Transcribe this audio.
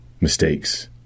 mistakes